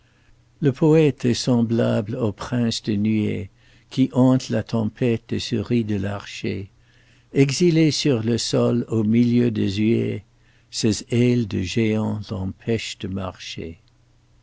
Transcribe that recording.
le poète est semblable au prince des nuées qui hante la tempête et se rit de l'archer exilé sur le sol au milieu des huées ses ailes de géant l'empêchent de marcher